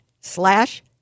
slash